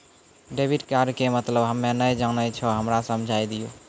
Debit card के मतलब हम्मे नैय जानै छौ हमरा समझाय दियौ?